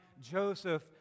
Joseph